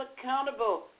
accountable